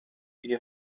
you